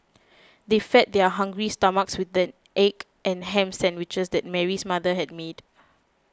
they fed their hungry stomachs with the egg and ham sandwiches that Mary's mother had made